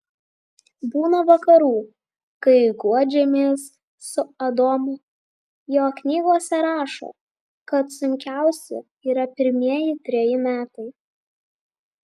būna vakarų kai guodžiamės su adomu jog knygose rašo kad sunkiausi yra pirmieji treji metai